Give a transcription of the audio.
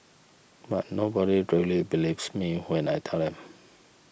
but nobody really believes me when I tell them